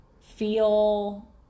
feel